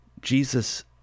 Jesus